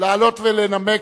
לעלות ולנמק.